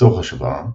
לצורך השוואה,